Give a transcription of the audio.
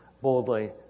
boldly